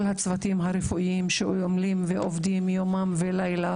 הצוותים הרפואיים שעמלים ועובדים יומם ולילה,